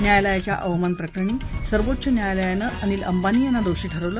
न्यायालयाच्या अवमान प्रकरणी सर्वोच्च न्यायालयानं अनिल अंबानी यांना दोषी ठरवलं